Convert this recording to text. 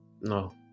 No